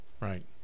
right